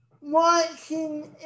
watching